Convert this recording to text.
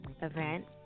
event